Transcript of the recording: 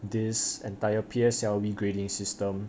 this entire P_S_L_E grading system